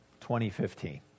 2015